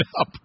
up